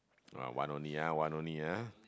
oh one only ah one only ah